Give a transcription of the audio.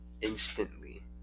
instantly